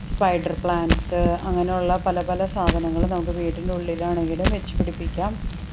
spider plants അങ്ങനെയുള്ള പലപല സാധനങ്ങൾ നമുക്ക് വീട്ടിൻ്റെ ഉള്ളിലാണെങ്കിലും വച്ചു പിടിപ്പിക്കാം